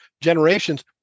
generations